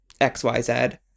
XYZ